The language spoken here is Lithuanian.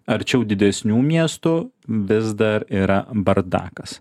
arčiau didesnių miestų vis dar yra bardakas